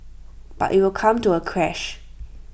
but IT will come to A crash